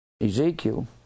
Ezekiel